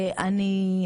אני,